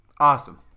Awesome